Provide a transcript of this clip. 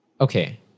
Okay